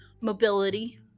mobility